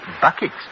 buckets